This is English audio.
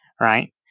right